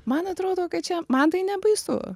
man atrodo kad čia man tai nebaisu